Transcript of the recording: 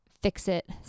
fix-it